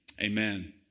Amen